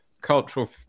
cultural